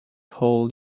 all